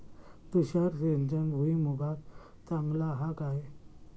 तुषार सिंचन भुईमुगाक चांगला हा काय?